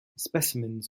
specimens